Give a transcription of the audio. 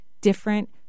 different